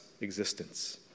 existence